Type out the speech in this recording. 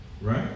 right